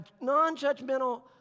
non-judgmental